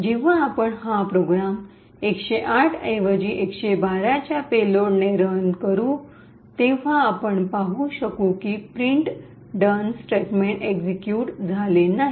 जेव्हा आपण हा प्रोग्राम 108 ऐवजी 112 च्या पेलोडने परत रन करू तेव्हा आपण पाहू शकू की प्रिंट डन स्टेटमेंट एक्शीक्युट झाले नाही